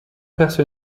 perce